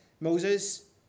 Moses